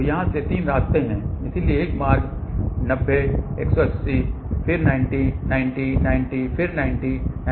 तो यहाँ से 3 रास्ते हैं इसलिए एक मार्ग 90 180 फिर 90 90 90 फिर 90 90 90 है